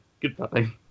goodbye